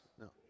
No